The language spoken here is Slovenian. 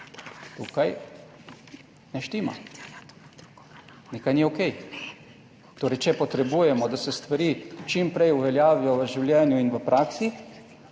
tukaj ne štima, nekaj ni okej. Torej, če potrebujemo, da se stvari čim prej uveljavijo v življenju in v praksi,